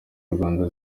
rwanda